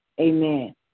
amen